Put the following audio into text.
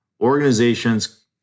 Organizations